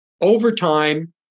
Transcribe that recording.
Overtime